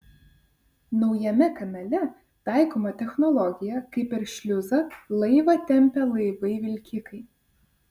naujame kanale taikoma technologija kai per šliuzą laivą tempia laivai vilkikai